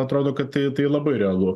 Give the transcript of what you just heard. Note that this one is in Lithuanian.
atrodo kad tai tai labai realu